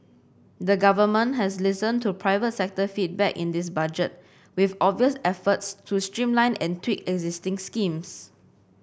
the government has listened to private sector feedback in this budget with obvious efforts to streamline and tweak existing schemes